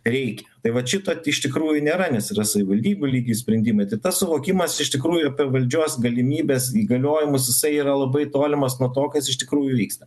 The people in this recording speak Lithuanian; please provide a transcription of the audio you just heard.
reikia tai vat šito iš tikrųjų nėra nes yra savivaldybių lygy sprendimai tai tas suvokimas iš tikrųjų apie valdžios galimybes įgaliojimus jisai yra labai tolimas nuo to kas iš tikrųjų vyksta